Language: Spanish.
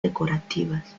decorativas